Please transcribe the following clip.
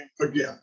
again